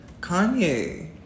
Kanye